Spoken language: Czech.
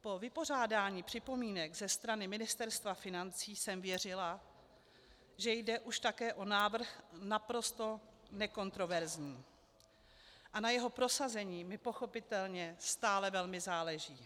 Po vypořádání připomínek ze strany Ministerstva financí jsem věřila, že jde už také o návrh naprosto nekontroverzní, a na jeho prosazení mi pochopitelně stále velmi záleží.